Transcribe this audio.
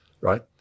right